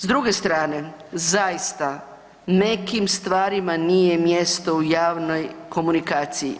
S druge strane zaista nekim stvarima nije mjesto u javnoj komunikaciji.